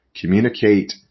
communicate